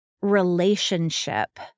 relationship